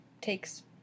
takes